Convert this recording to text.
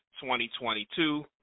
2022